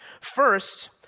First